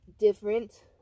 different